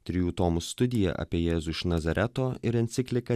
trijų tomų studija apie jėzų iš nazareto ir enciklika